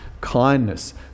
kindness